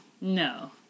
No